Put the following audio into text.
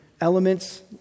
elements